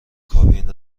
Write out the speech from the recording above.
کابین